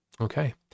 Okay